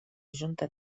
junta